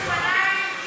כי יש לי אופניים.